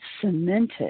cemented